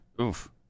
Oof